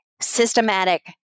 systematic